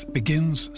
begins